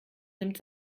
nimmt